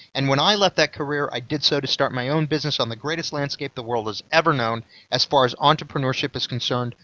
and when i left that career i did so to start my own business on the greatest landscape the world has ever known as far as entrepreneurship is concerned,